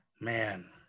Man